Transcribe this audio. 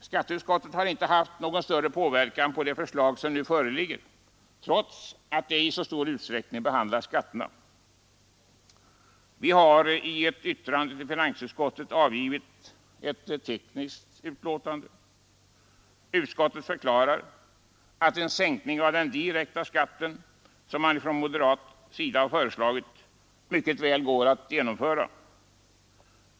Skatteutskottets yttrande har inte haft någon större påverkan på det förslag som nu föreligger, trots att förslaget i så stor utsträckning behandlar skatterna. Vi i skatteutskottet har till finansutskottet avgivit ett tekniskt utlåtande. Skatteutskottet förklarar att en sänkning av den direkta skatten, som vi från moderat sida har föreslagit, mycket väl går att genomföra.